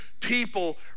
people